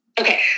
Okay